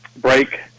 break